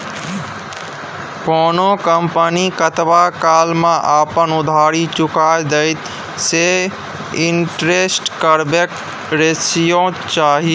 कोनो कंपनी कतबा काल मे अपन उधारी चुका देतेय सैह इंटरेस्ट कवरेज रेशियो छै